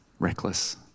Reckless